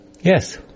Yes